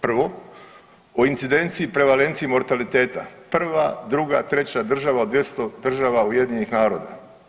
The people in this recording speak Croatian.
Prvo o incidenciji i prevalenciji mortaliteta, prva, druga, treća država od 200 država UN-a.